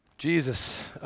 Jesus